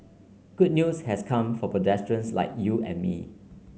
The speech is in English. good news has come for pedestrians like you and me